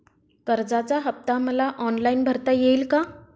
कर्जाचा हफ्ता मला ऑनलाईन भरता येईल का?